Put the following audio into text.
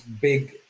big